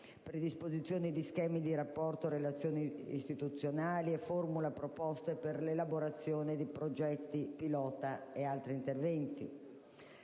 predisposizione di schemi di rapporto, relazioni istituzionali; formula altresì proposte per l'elaborazione di progetti pilota e altri interventi.